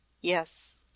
Yes